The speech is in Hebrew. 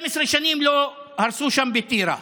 12 שנים לא הרסו שם בטירה.